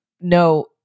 no